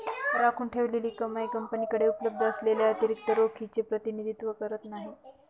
राखून ठेवलेली कमाई कंपनीकडे उपलब्ध असलेल्या अतिरिक्त रोखीचे प्रतिनिधित्व करत नाही